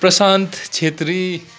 Prashant Chhetri